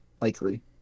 likely